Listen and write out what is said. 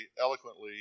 eloquently